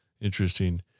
Interesting